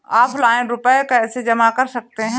Offline रुपये कैसे जमा कर सकते हैं?